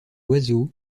oiseaux